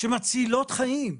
שמצילות חיים.